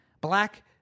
black